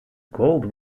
gold